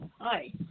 Hi